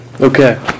Okay